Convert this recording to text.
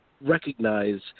recognize